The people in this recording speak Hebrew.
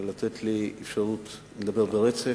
לתת לי אפשרות לדבר ברצף,